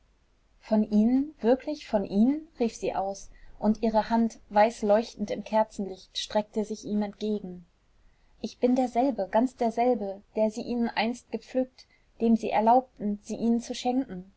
von ihnen wirklich von ihnen rief sie aus und ihre hand weiß leuchtend im kerzenlicht streckte sich ihm entgegen ich bin derselbe ganz derselbe der sie ihnen einst gepflückt dem sie erlaubten sie ihnen zu schenken